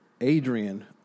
Adrian